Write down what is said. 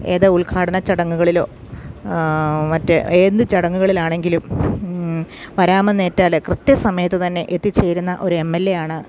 ഏത് ഉൽഘാടന ചടങ്ങുകളിലോ മറ്റേ എന്ത് ചടങ്ങുകളിലാണെങ്കിലും വരാമെന്നേറ്റാൽ കൃത്യസമയത്ത് തന്നെ എത്തിച്ചേരുന്ന ഒരു എം എൽ എ ആണ്